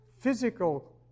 physical